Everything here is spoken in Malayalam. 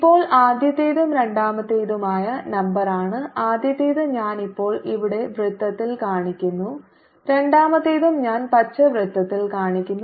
ഇപ്പോൾ ആദ്യത്തേതും രണ്ടാമത്തേതുമായ നമ്പറാണ് ആദ്യത്തേത് ഞാൻ ഇപ്പോൾ ഇവിടെ വൃത്തത്തിൽ കാണിക്കുന്നു രണ്ടാമത്തെതും ഞാൻ പച്ച വൃത്തത്തിൽ കാണിക്കുന്നു